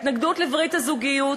ההתנגדות לברית הזוגיות